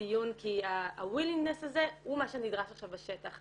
הדברים כי הרצון הזה הוא מה שנדרש עכשיו בשטח.